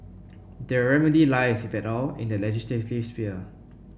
their remedy lies if at all in the legislative sphere